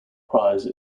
prize